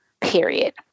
period